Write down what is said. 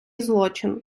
злочин